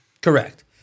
correct